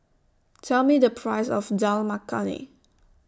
Tell Me The Price of Dal Makhani